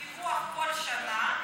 עם דיווח כל שנה,